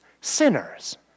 sinners